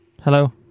Hello